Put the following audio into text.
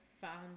found